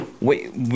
Wait